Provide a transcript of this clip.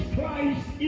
Christ